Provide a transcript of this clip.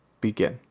begin